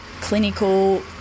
clinical